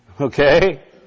Okay